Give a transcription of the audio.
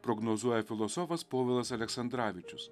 prognozuoja filosofas povilas aleksandravičius